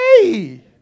hey